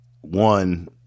one